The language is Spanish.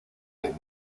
del